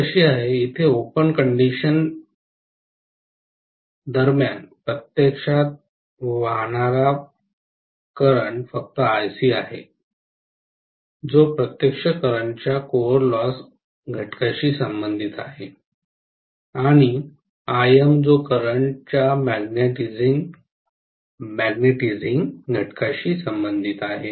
अट येथे open circuit condition दरम्यान प्रत्यक्षात वाहते फक्त IC आहे जो प्रत्यक्ष करंटच्या कोअर लॉस घटकाशी संबंधित आहे आणि Im जो करंटच्या मॅग्नेटिझिंग घटकाशी संबंधित आहे